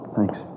Thanks